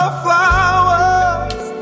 flowers